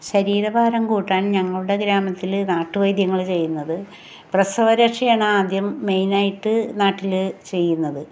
ശരീരഭാരം കൂട്ടാൻ ഞങ്ങളുടെ ഗ്രാമത്തില് നാട്ടു വൈദ്യങ്ങള് ചെയ്യുന്നത് പ്രസവരക്ഷയാണാദ്യം മെയ്നായിട്ട് നാട്ടില് ചെയ്യുന്നത്